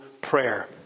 prayer